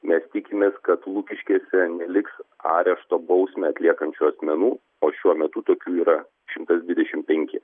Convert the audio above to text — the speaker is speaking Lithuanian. mes tikimės kad lukiškėse neliks arešto bausmę atliekančių asmenų o šiuo metu tokių yra šimtas dvidešimt penki